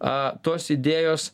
a tos idėjos